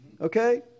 Okay